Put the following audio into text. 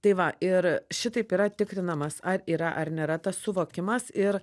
tai va ir šitaip yra tikrinamas ar yra ar nėra tas suvokimas ir